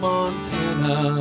Montana